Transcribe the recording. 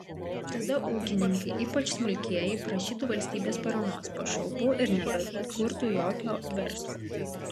tada ūkininkai ypač smulkieji prašytų valstybės paramos pašalpų ir nebekurtų jokio verslo